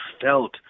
felt